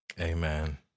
Amen